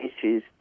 issues